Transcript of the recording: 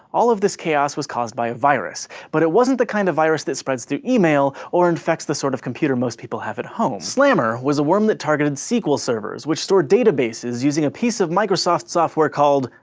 all of this chaos was caused by a virus. but it wasn't the kind of virus that spreads through email, or infects the sort of computer most people have at home. slammer was a worm that targeted sql servers, which store databases using a piece of microsoft software called,